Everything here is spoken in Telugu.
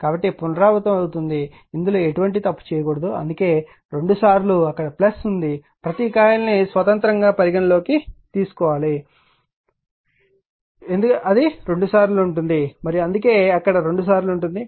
కాబట్టి పునరావృతం అవుతుంది ఇందులో ఎటువంటి తప్పు చేయకూడదు అందుకే రెండుసార్లు అక్కడ ఉంది ప్రతి కాయిల్ను స్వతంత్రంగా పరిగణనలోకి తీసుకుంటే అది రెండుసార్లు ఉంటుంది మరియు అందుకే అక్కడ రెండుసార్లు ఉంటుంది